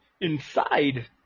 inside